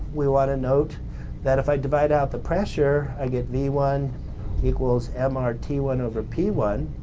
we want to note that if i divide out the pressure i get v one equals m r t one over p one.